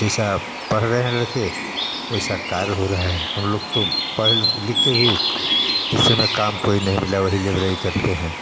जैसा आप पढ़ रहे हैं वैसा कार्य हो रहा है हम लोग तो पढ़ लिख के भी जैसे में काम कोई नहीं मिला वही लेबरई करते हैं